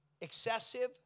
excessive